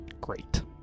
Great